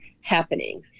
happening